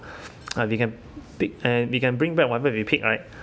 uh we can pick and we can bring back whatever we picked right